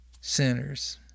sinners